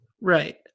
Right